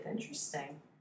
Interesting